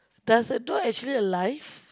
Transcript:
does the doll actually alive